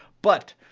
but!